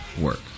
work